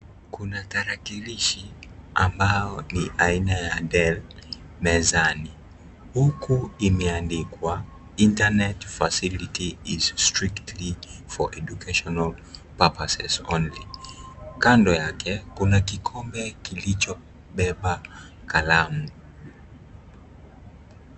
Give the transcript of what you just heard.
Kuna tarakilishi ambao ni aina ya Dell mezani huku imeandikwa internet facility is strictly for educational purposes only . Kando yake kuna kikombe kilichobeba kalamu.